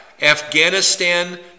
Afghanistan